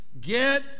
Get